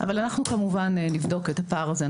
אבל אנחנו כמובן נבדוק את הפער הזה,